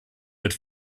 wird